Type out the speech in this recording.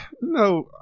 No